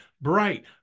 bright